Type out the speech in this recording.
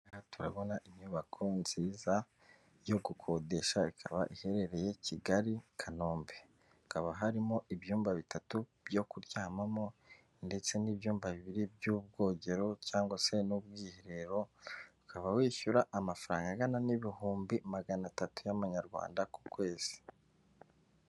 Aha turabona inyubako nziza yo gukodesha ikaba iherereye Kigali Kanombe hakaba harimo ibyumba bitatu byo kuryamamo ndetse n'ibyumba bibiri by'ubwogero cyangwa se n'ubwiherero, ukaba wishyura amafaranga angana n'ibihumbi magana atatu y'amanyarwanda ku kwezi.